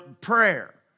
Prayer